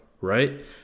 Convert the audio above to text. right